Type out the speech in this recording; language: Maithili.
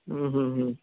हूँ हूँ हूँ